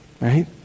right